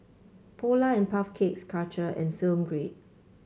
Polar And Puff Cakes Karcher and Film Grade